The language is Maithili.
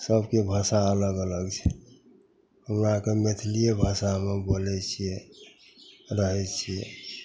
सभके भाषा अलग अलग छै हमरा आओरके मैथिलिए भाषामे बोलै छिए रहै छिए